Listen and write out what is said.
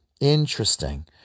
Interesting